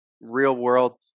real-world